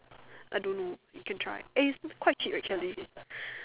I don't know you can try eh is quite cheap actually